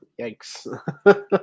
Yikes